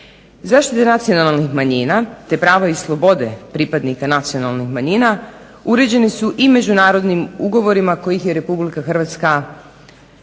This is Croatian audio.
Zaštita nacionalnih manjina te prava i slobode pripadnika nacionalnih manjina uređeni su i međunarodnim ugovorima kojih je RH stranka.